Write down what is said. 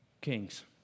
kings